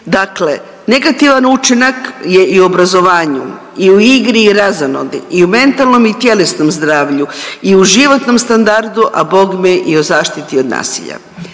dakle negativan učinak je i u obrazovanju, i u igri i razonodi, i u mentalnom, i u tjelesnom zdravlju, i u životnom standardu, a bogme i o zaštiti od nasilja.